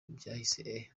byahise